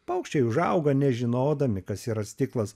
paukščiai užauga nežinodami kas yra stiklas